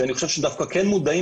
שאני חושב שדווקא כן מודעים,